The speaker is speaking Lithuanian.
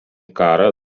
karą